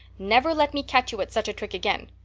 never let me catch you at such a trick again.